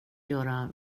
göra